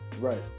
right